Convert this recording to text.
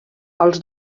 els